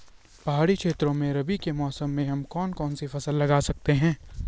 पहाड़ी क्षेत्रों में रबी के मौसम में हम कौन कौन सी फसल लगा सकते हैं?